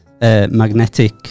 magnetic